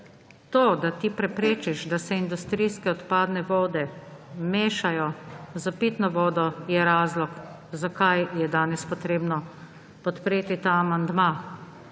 to, da ti preprečiš, da se industrijske odpadne vode mešajo s pitno vodo, je razlog, zakaj je danes potrebno podpreti ta amandma.